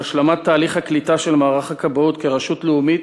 על השלמת תהליך הקליטה של מערך הכבאות כרשות לאומית